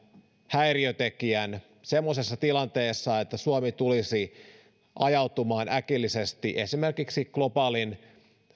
häiriötekijän semmoisessa tilanteessa että suomi tulisi ajautumaan äkillisesti esimerkiksi globaalin